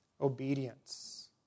obedience